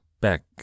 back